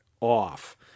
off